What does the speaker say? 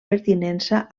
pertinença